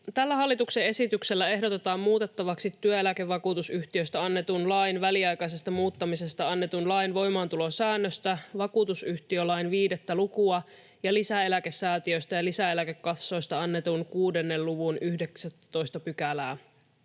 Tällä hallituksen esityksellä ehdotetaan muutettavaksi työeläkevakuutusyhtiöistä annetun lain väliaikaisesta muuttamisesta annetun lain voimaantulosäännöstä, vakuutusyhtiölain 5 lukua ja lisäeläkesäätiöistä ja lisäeläkekassoista annetun lain 6 luvun 19 §:ää.